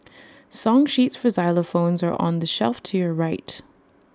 song sheets for xylophones are on the shelf to your right